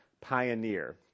pioneer